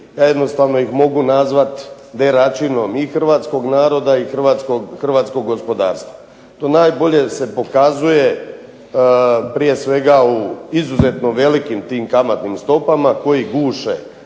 jednostavno ih mogu nazvat deračinom i hrvatskog naroda i hrvatskog gospodarstva. To najbolje se pokazuje prije svega u izuzetno velikim tim kamatnim stopama koje guše